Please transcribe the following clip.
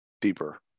deeper